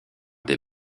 des